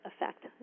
effect